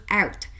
out